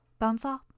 Bonesaw